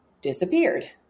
disappeared